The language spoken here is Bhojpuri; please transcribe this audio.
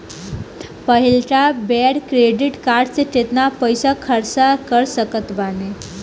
पहिलका बेर क्रेडिट कार्ड से केतना पईसा खर्चा कर सकत बानी?